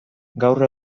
gaur